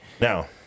Now